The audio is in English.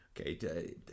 okay